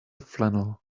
flannel